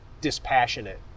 dispassionate